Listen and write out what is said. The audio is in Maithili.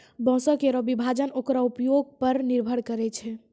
बांसों केरो विभाजन ओकरो उपयोग पर निर्भर करै छै